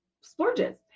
splurges